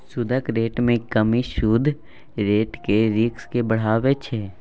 सुदक रेट मे कमी सुद रेटक रिस्क केँ बढ़ाबै छै